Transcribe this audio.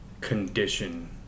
condition